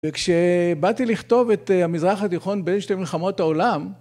וכשבאתי לכתוב את המזרח התיכון בין שתי מלחמות העולם